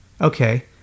Okay